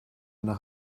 nach